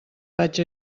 vaig